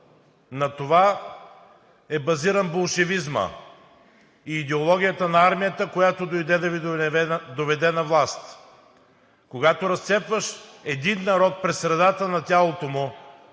На това е базиран болшевизмът и идеологията на армията, която дойде да Ви доведе на власт. Когато разцепваш един народ през средата на тялото му,